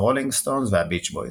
הרולינג סטונז והביץ' בויז.